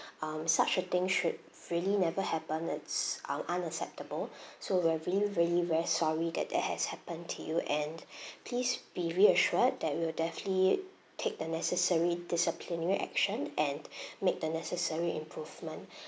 um such a thing should really never happen it's uh unacceptable so we're really really very sorry that that has happened to you and please be reassured that we'll definitely take the necessary disciplinary action and make the necessary improvement